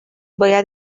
باید